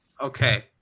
Okay